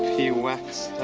he whacks